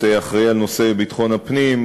פלסטינים.